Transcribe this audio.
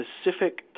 specific